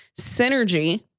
Synergy